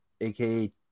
aka